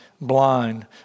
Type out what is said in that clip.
blind